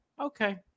Okay